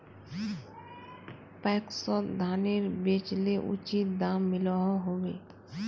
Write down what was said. पैक्सोत धानेर बेचले उचित दाम मिलोहो होबे?